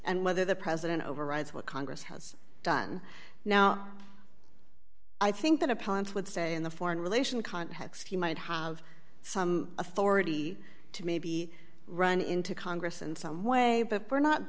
and whether the president overrides what congress has done now i think that opponents would say in the foreign relations context you might have some authority to maybe run into congress in some way but we're not